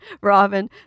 robin